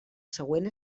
següent